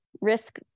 risk